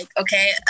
okay